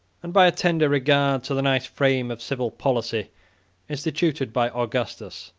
and by a tender regard to the nice frame of civil policy instituted by augustus.